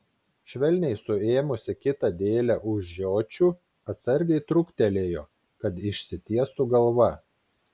švelniai suėmusi kitą dėlę už žiočių atsargiai trūktelėjo kad išsitiestų galva